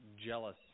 jealous